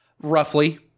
Roughly